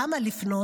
למה לפנות.